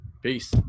Peace